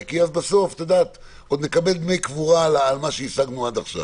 כי בסוף עוד נקבל דמי קבורה על מה שהשגנו עד עכשיו.